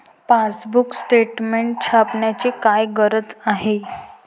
Passbook statement छापण्याची काय गरज आहे?